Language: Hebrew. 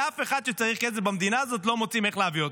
לאף אחד שצריך כסף במדינה הזאת לא מוצאים איך להביא אותו.